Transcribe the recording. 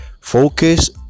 focus